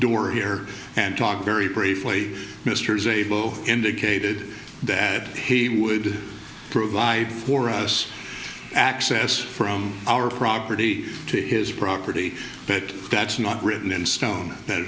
door here and talk very briefly minister is a bow indicated that he would provide for us access from our property to his property but that's not written in stone that